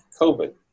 COVID